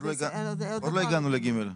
עוד לא הגענו ל-(ג),